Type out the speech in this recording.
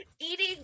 eating